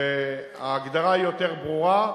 וההגדרה יותר ברורה,